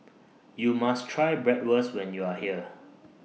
YOU must Try Bratwurst when YOU Are here